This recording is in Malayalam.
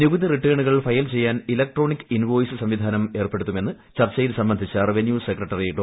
നികുതി റിട്ടേണുകൾ ഫയർ ചെയ്യാൻ ഇല്ക്ട്രോണിക് ഇൻവോയിസ് സംവിധാനം ഏർപ്പെടുത്തുമെന്ന് ചർച്ചയിൽ സംബന്ധിച്ച റവന്യൂ സെക്രട്ടറി ഡോ